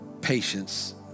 patience